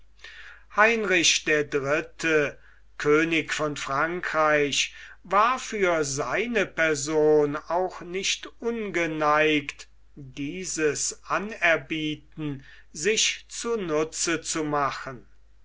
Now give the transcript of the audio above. heinrich der dritte könig von frankreich war für seine person auch nicht ungeneigt dieses anerbieten sich zu nutze zu machen